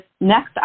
next